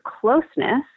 closeness